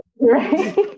right